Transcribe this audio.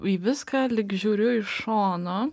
į viską lyg žiūriu iš šono